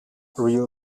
real